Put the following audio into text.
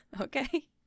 Okay